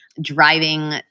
driving